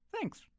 Thanks